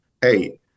hey